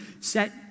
set